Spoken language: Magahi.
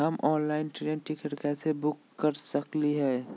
हम ऑनलाइन ट्रेन टिकट कैसे बुक कर सकली हई?